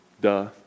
Duh